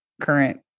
current